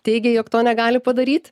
teigia jog to negali padaryt